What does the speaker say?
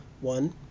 One